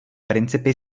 principy